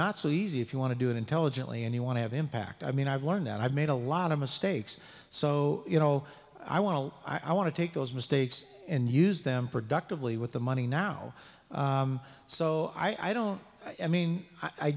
not so easy if you want to do it intelligently anyone have impact i mean i've learned that i've made a lot of mistakes so you know i want to i want to take those mistakes and use them productively with the money now so i don't i mean i